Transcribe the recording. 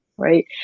right